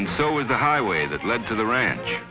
and so is the highway that led to the ranch